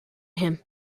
him